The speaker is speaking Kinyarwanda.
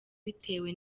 bitewe